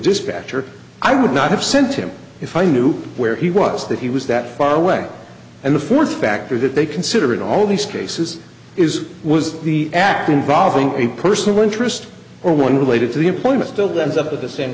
dispatcher i would not have sent him if i knew where he was that he was that far away and the fourth factor that they consider in all these cases is was the act involving a person of interest or one related to the employment still that is of the same